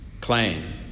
claim